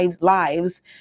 lives